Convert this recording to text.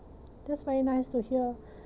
that's very nice to hear